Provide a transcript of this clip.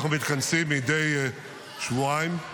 אנחנו מתכנסים מדי שבועיים-שלושה,